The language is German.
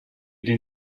den